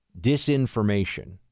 disinformation